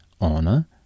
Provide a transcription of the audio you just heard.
honor